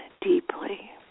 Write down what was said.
deeply